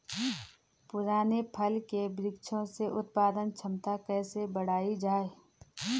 पुराने फल के वृक्षों से उत्पादन क्षमता कैसे बढ़ायी जाए?